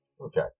Okay